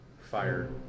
fire